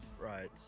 Right